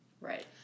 right